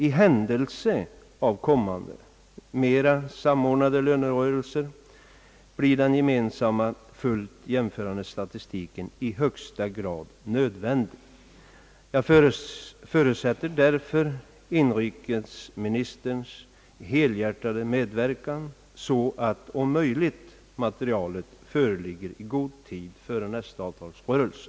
I händelse av kommande, mera samordnade lönerörelser, blir den gemensamma, fullt jämförande statistiken i högsta grad nödvändig. Jag förutsätter därför inrikesministerns helhjärtade medverkan så att materialet om möjligt föreligger i god tid före nästa avtalsrörelse.